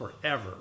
forever